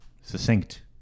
Succinct